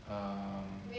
ah